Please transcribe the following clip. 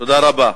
תודה רבה.